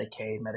Medicaid